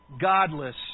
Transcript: godless